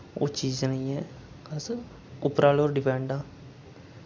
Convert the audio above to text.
ओह् चीजां नेईं ऐं अस उप्पर आह्ले पर डिपैंड आं